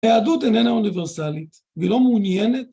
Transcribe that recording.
היהדות איננה אוניברסלית ולא מעוניינת.